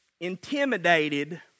intimidated